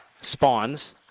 spawns